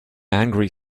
angry